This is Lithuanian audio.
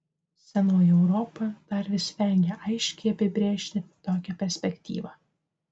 senoji europa dar vis vengia aiškiai apibrėžti tokią perspektyvą